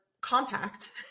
compact